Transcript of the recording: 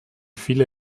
viele